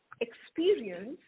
experience